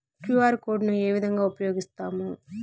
QR code ను ఏ విధంగా ఉపయగిస్తాము?